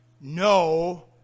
no